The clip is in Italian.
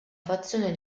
fazione